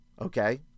Okay